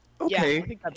Okay